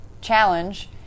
challenge